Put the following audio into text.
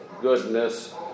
goodness